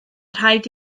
rhaid